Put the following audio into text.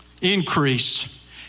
increase